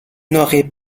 n’auraient